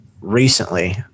recently